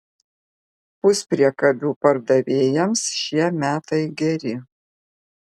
puspriekabių pardavėjams šie metai geri